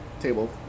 table